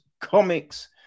comics